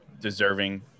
deserving